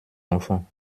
enfants